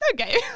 okay